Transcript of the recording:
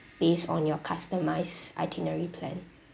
based on your customised itinerary plan